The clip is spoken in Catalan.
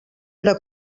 era